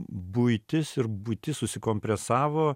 buitis ir buitis susikompresavo